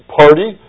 party